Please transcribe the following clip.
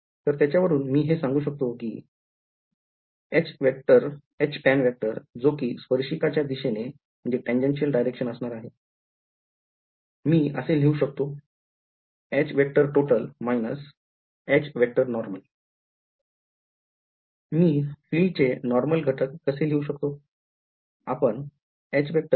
तर त्याच्यावरून मी हे सांगू शकतो कि जो कि स्पर्शिकाच्या दिशेने म्हणजे असणार आहे मी असे लिहू शकतो मी फील्ड चे नॉर्मल घटक कसे लिहू शकतो